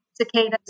cicadas